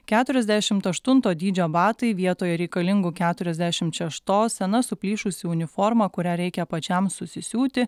keturiasdešimt aštunto dydžio batai vietoje reikalingų keturiasdešimt šeštos sena suplyšusi uniforma kurią reikia pačiam susisiūti